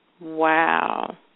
Wow